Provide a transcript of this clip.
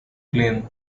clean